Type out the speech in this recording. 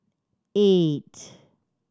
eight